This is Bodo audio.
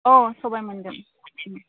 औ सबाय मोनगोन